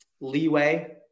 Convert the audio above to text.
leeway